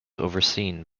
overseen